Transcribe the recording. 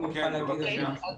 בבקשה.